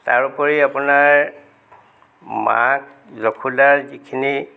তাৰোপৰি আপোনাৰ মাক যশোদাৰ যিখিনি